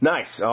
Nice